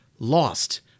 Lost